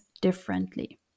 differently